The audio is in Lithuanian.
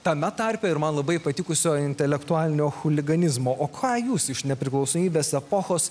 tame tarpe ir man labai patikusio intelektualinio chuliganizmo o ką jūs iš nepriklausomybės epochos